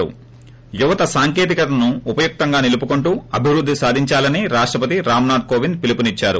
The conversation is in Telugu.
ి యువత సాంకేతికతను ఉపయుక్తంగా నిలుపుకుంటూ అభివృద్ధి సాధించాలని రాష్టపతి రామ్నాథ్ కోవింద్ పిలుపునిచ్చారు